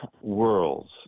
worlds